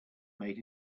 made